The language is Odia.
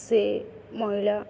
ସେ ମହିଳା